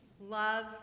love